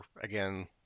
again